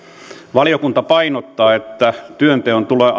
valiokunta painottaa että työnteon tulee